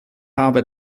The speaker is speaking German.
habe